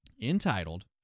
entitled